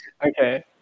Okay